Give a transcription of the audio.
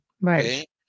right